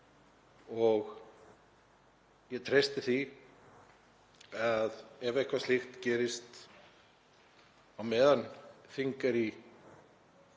og ég treysti því að ef eitthvað slíkt gerist á meðan þing er í